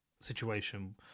situation